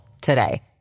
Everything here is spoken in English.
today